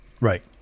Right